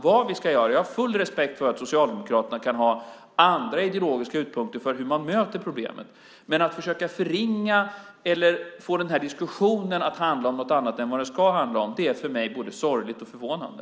Jag har full respekt för att Socialdemokraterna kan ha andra ideologiska utgångspunkter för att möta problemet. Men att försöka förringa eller få den här diskussionen att handla om något annat än vad den ska handla om är för mig både sorgligt och förvånande.